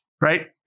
Right